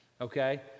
okay